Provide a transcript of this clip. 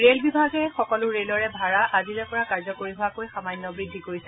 rail বিভাগে সকলো ৰেলৰে ভাড়া আজিৰে পৰা কাৰ্যকৰী হোৱাকৈ সামান্য বৃদ্ধি কৰিছে